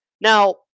Now